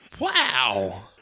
Wow